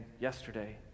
yesterday